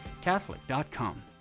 catholic.com